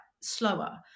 slower